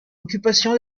occupation